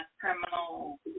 criminal